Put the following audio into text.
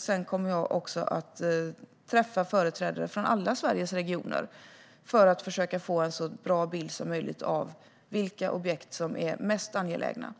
Sedan kommer jag också att träffa företrädare för alla Sveriges regioner för att försöka få en så bra bild som möjligt av vilka objekt som är angelägnast.